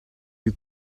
you